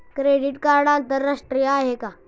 Credit card आंतरराष्ट्रीय आहे का?